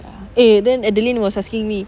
ya eh then adeline was asking me